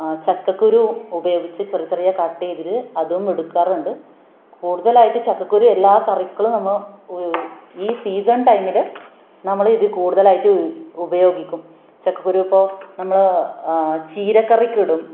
ചക്കക്കുരു ഉപയോഗിച്ച് ചെറി ചെറിയ കട്ട് ചെയ്തത് അതും എടുക്കാറുണ്ട് കൂടുതലായിട്ട് ചക്കക്കുരു എല്ലാ കറിക്കും നമ്മൾ ഈ സീസണ് കഴിഞ്ഞത് നമ്മൾ ഇത് കൂടുതലായിട്ട് ഉപയോഗിക്കും ചക്കക്കുരു ഇപ്പോൾ നമ്മൾ ചീരക്കറിക്ക് ഇടും